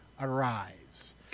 arrives